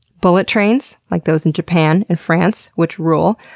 bullet trains like those in japan and france, which rule,